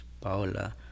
Paola